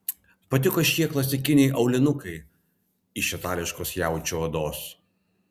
patiko šie klasikiniai aulinukai iš itališkos jaučio odos